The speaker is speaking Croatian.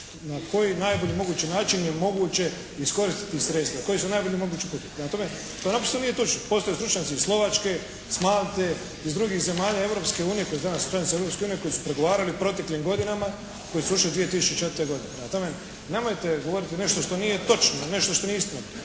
na koji najbolji mogući način je moguće iskoristiti sredstva, koji su najbolji mogući uvjeti. Prema tome, to apsolutno nije točno. Postoje stručnjaci iz Slovačke, s Malte, iz drugih zemalja Europske unije koji su danas članice Europske unije koji su pregovarali u proteklim godinama, koji su ušli 2004. godine. Prema tome, nemojte govoriti nešto što nije točno, nešto što nije istina.